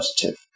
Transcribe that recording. positive